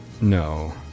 No